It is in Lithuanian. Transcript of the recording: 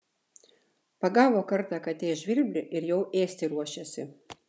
pagavo kartą katė žvirblį ir jau ėsti ruošiasi